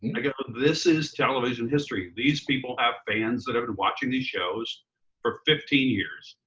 like ah this is television history. these people have fans that have been watching these shows for fifteen years.